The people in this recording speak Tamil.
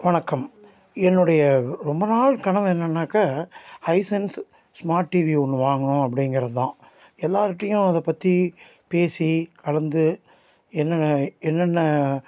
வணக்கம் என்னுடைய ரொம்ப நாள் கனவு என்னென்னாக்கா ஹைசன்ஸ் ஸ்மார்ட் டிவி ஒன்று வாங்கணும் அப்படிங்கிறதுதான் எல்லாருக்கிட்டையும் அதை பற்றி பேசி கலந்து என்னென்ன என்னென்ன